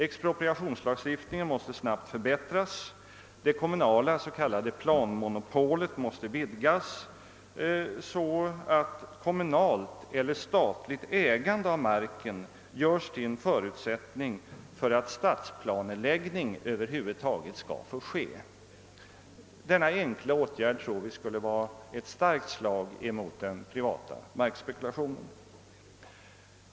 Expropriationslagstiftningen måste snabbt förbättras och det kommunala s.k. planmonopolet vidgas så att kommunalt eller statligt ägande av marken görs till en förutsättning för att städsplaneläggning över huvud taget skall få ske. Denna enkla åtgärd tror vi skulle vara ett starkt slag mot den privata markspekulationen.